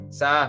sa